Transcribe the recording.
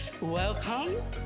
welcome